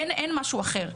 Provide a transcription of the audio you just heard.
אין משהו אחר.